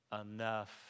enough